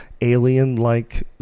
alien-like